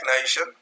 nation